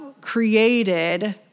created